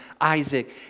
Isaac